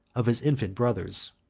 of his infant brothers.